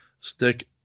stick